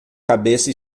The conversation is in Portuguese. cabeça